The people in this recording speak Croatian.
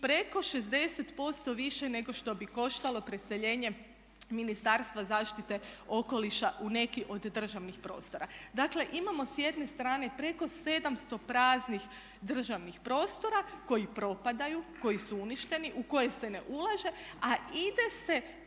preko 60% više nego što bi koštalo preseljenje Ministarstva zaštite okoliša u neki od državnih prostora. Dakle imamo s jedne strane preko 700 praznih državnih prostora koji propadaju, koji su uništeni, u koje se ne ulaže. A ide se